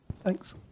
Thanks